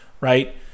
right